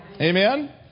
Amen